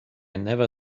never